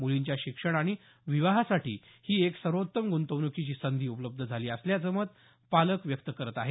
मुलींच्या शिक्षण आणि विवाहासाठी ही एक सर्वोत्तम गृंतवणुकीची संधी उपलब्ध झाली असल्याचं मत पालक व्यक्त करत आहेत